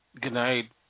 Goodnight